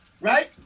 right